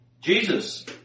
Jesus